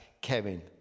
Kevin